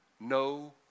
no